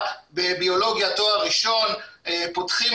ובסופו של